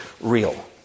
real